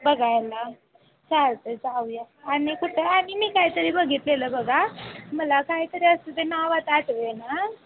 बघायला चालतं आहे जाऊया आणि कुठं आणि मी काहीतरी बघितलेलं बघा मला काहीतरी असं ते नाव आता आठवेना